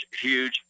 huge